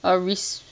a res~